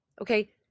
Okay